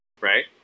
right